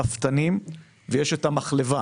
הרפתנים ויש את המחלבה,